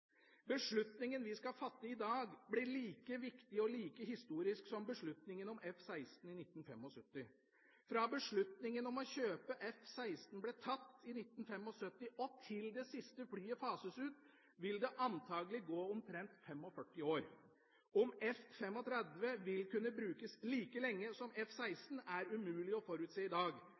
Beslutningen vi skal fatte i dag, blir like viktig og like historisk som beslutningen om F-16 i 1975. Fra beslutningen om å kjøpe F-16 ble tatt i 1975, og til det siste flyet fases ut, vil det antakelig gå omtrent 45 år. Om F-35 vil kunne brukes like lenge som F-16, er umulig å forutse i dag,